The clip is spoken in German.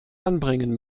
anbringen